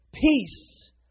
peace